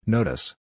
Notice